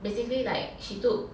basically like she took